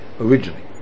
originally